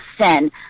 sin